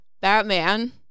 Batman